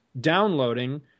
downloading